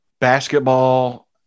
Basketball